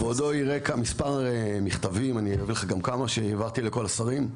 כבודו יראה כאן מספר מכתבים אני אביא לך גם כמה שהעברתי לכל השרים.